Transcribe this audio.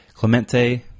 Clemente